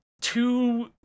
two